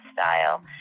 style